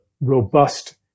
robust